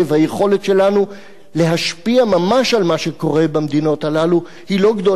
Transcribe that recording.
היכולת שלנו להשפיע ממש על מה שקורה במדינות הללו היא לא גדולה.